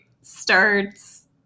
starts